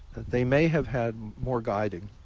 they may have had more guiding,